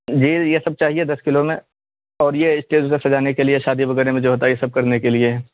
جی یہ سب چاہیے دس کلو میں اور یہ اسٹیج پہ سجانے کے لیے شادی وغیرہ میں جو ہوتا ہے یہ سب کرنے کے لیے